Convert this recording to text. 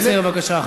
לקצר בבקשה,